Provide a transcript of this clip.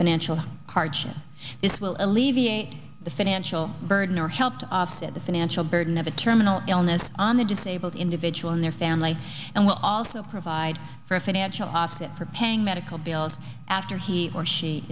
financial hardship this will alleviate the financial burden or help to upset the financial burden of a terminal illness on the disabled individual and their family and will also provide for a financial asset for paying medical bills after he or she